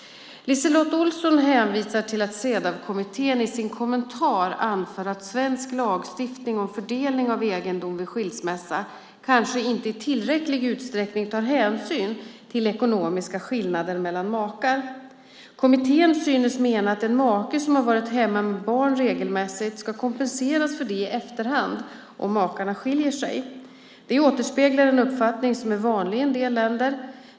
LiseLotte Olsson hänvisar till att Cedawkommittén i sin kommentar anför att svensk lagstiftning om fördelning av egendom vid skilsmässa kanske inte i tillräcklig utsträckning tar hänsyn till ekonomiska skillnader mellan makar. Kommittén synes mena att en make som har varit hemma med barn regelmässigt ska kompenseras för det i efterhand om makarna skiljer sig. Detta återspeglar en uppfattning som är vanlig i en del länder.